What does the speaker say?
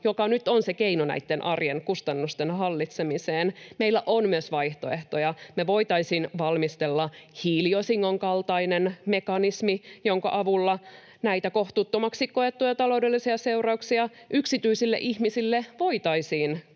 joka nyt on se keino näitten arjen kustannusten hallitsemiseen, meillä on myös vaihtoehtoja. Me voitaisiin valmistella hiiliosingon kaltainen mekanismi, jonka avulla näitä kohtuuttomaksi koettuja taloudellisia seurauksia yksityisille ihmisille voitaisiin